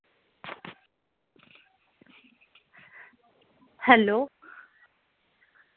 hello